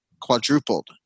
quadrupled